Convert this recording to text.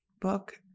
book